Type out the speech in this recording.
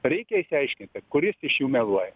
reikia išsiaiškinti kuris iš jų meluoja